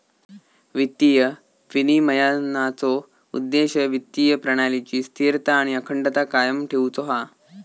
वित्तीय विनिमयनाचो उद्देश्य वित्तीय प्रणालीची स्थिरता आणि अखंडता कायम ठेउचो हा